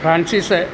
francis